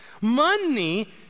Money